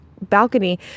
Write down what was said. balcony